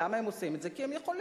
למה הם עושים את זה, כי הם יכולים.